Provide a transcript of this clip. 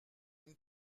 une